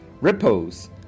Ripples